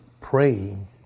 praying